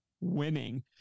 winning